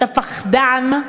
אתה פחדן,